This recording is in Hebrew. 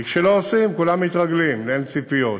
כי כשלא עושים, כולם מתרגלים ואין ציפיות.